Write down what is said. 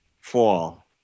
fall